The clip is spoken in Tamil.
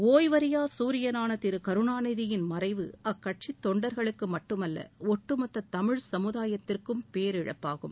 ஒய்வறியா சூரியனான திரு கருணாநிதியின் மறைவு அக்கட்சி தொண்டர்களுக்கு மட்டுமல்ல ஒட்டுமொத்த தமிழ் சமுதாயத்திற்கும் பேரிழப்பாகும்